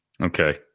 Okay